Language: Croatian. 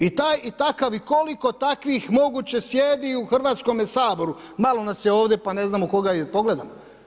I takav i koliko takvih moguće sjedi u Hrvatskome saboru, malo nas je ovdje, pa ne znam u koga da pogledam.